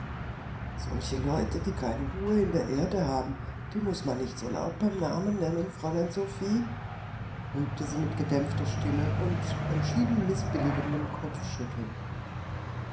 solche leute die keine ruhe in der erde haben die muß man nicht so laut beim namen nennen fräulein sophie rügte sie mit gedämpfter stimme und entschieden mißbilligendem kopfschütteln